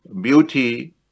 beauty